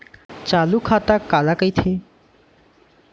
चालू खाता काला कहिथे?